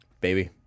baby